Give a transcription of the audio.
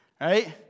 Right